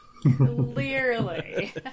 Clearly